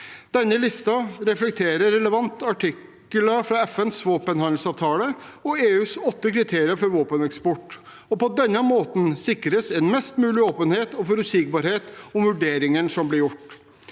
Denne listen reflekterer relevante artikler fra FNs våpenhandelsavtale og EUs åtte kriterier for våpeneksport. På denne måten sikres mest mulig åpenhet og forutsigbarhet om vurderingene som blir gjort.